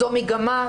זו מגמה,